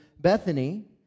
Bethany